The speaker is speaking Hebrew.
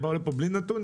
הם באו לה בלי נתון?